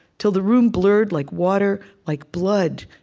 till the room blurred like water, like blood,